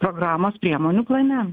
programos priemonių plane